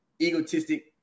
egotistic